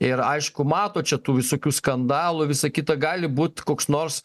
ir aišku mato čia tų visokių skandalų visa kita gali būt koks nors